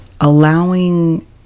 Allowing